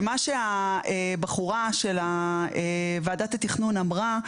שמה שהבחורה של ועדת התכנון אמרה,